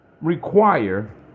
require